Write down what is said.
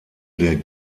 der